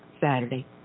Saturday